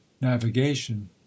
navigation